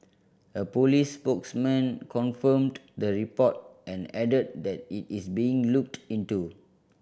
a police spokesman confirmed the report and added that it is being looked into